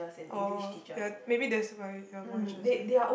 oh ya maybe that's why you're more interested